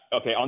okay